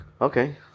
Okay